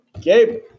Gabe